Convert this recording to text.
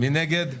מי נגד?